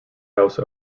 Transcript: house